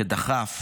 שדחף